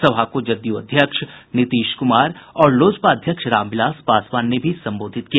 सभा को जदयू अध्यक्ष नीतीश कुमार और लोजपा अध्यक्ष रामविलास पासवान ने भी संबोधित किया